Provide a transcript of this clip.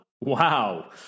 Wow